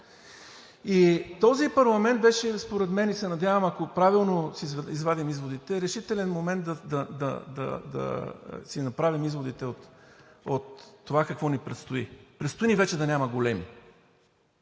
И този парламент беше според мен и се надявам, ако правилно си извадим изводите, решителен момент да си направим изводите от това какво ни предстои? Предстои ни вече да няма големи